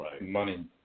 money